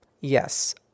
Yes